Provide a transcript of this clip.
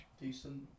Decent